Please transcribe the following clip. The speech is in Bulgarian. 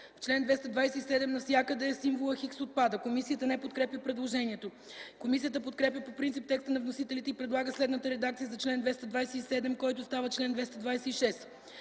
в чл. 223 навсякъде символът „Х” отпада. Комисията не подкрепя предложението. Комисията подкрепя по принцип текста на вносителите и предлага следната редакция за чл. 223, който става чл. 222: